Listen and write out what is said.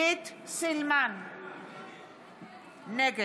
נגד עלי סלאלחה, נגד